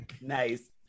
nice